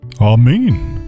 Amen